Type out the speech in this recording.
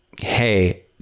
Hey